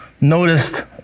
noticed